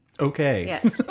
Okay